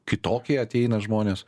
kitokie ateina žmonės